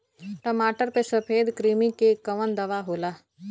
टमाटर पे सफेद क्रीमी के कवन दवा होला?